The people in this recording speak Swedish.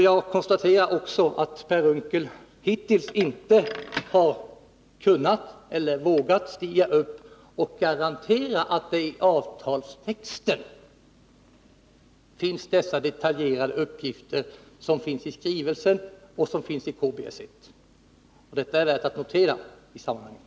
Jag konstaterar att Per Unckel hittills inte har kunnat, eller inte vågat, stiga upp och garantera att man i avtalstexten kan finna de detaljerade uppgifter som finns i skrivelsen och som finns i KBS 1. Detta är värt att notera i sammanhanget.